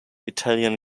italian